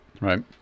Right